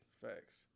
Facts